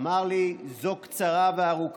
אמר לי: זו קצרה וארוכה,